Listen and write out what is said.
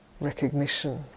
recognition